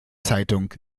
zeitung